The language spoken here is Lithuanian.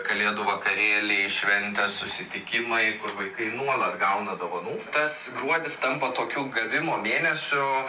kalėdų vakarėliai šventės susitikimai kur vaikai nuolat gauna dovanų tas gruodis tampa tokiu gavimo mėnesiu